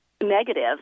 negative